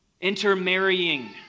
Intermarrying